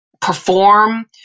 perform